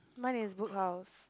mine is Book House